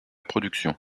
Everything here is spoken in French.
production